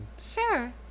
sure